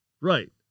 Right